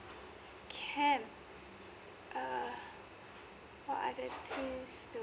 can err what other things do